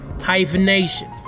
Hyphenation